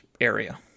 area